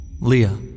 Leah